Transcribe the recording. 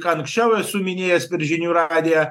ką anksčiau esu minėjęs per žinių radiją